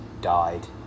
died